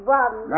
one